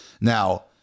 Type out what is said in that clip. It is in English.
Now